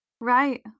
Right